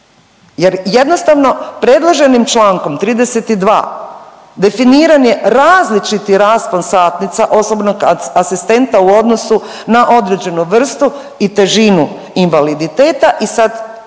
Jer jednostavno predloženim člankom 32. definiran je različiti raspon satnica osobnog asistenta u odnosu na određenu vrstu i težinu invaliditeta i sad pravo